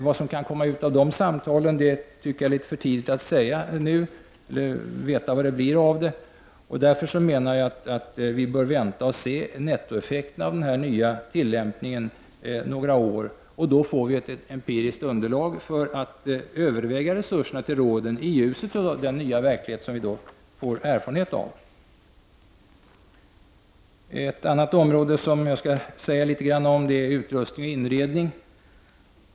Vad som kan komma ut av de samtalen är det litet för tidigt att säga ännu, och därför bör vi vänta några år och se vilken nettoeffekt den nya tillämpningen får. Då får vi ett empiriskt underlag för att överväga resurserna till råden i ljuset av den nya verklighet som vi då har erfarenhet av. Ett annat område som jag skall säga litet om gäller utrustning och inredning.